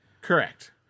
Correct